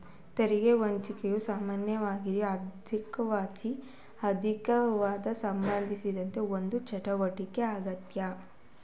ತೆರಿಗೆ ವಂಚನೆಯು ಸಾಮಾನ್ಯವಾಗಿಅನೌಪಚಾರಿಕ ಆರ್ಥಿಕತೆಗೆಸಂಬಂಧಿಸಿದ ಒಂದು ಚಟುವಟಿಕೆ ಯಾಗ್ಯತೆ